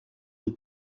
les